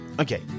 Okay